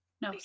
no